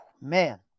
Man